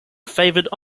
favoured